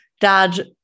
dad